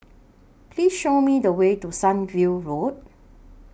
Please Show Me The Way to Sunview Road